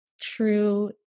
true